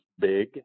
big